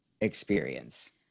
experience